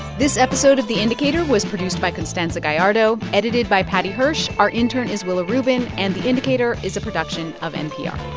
this episode of the indicator was produced by constanza gallardo, edited by paddy hirsch. our intern is willa rubin. and the indicator is a production of npr